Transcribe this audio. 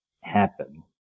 happen